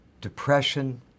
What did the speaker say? Depression